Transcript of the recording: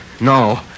No